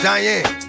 Diane